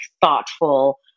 thoughtful